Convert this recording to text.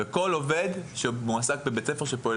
לאור הרשעה זו אין להעסיקו בבית הספר,